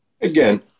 Again